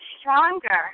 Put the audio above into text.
stronger